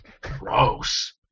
Gross